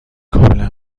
کاملا